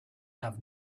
have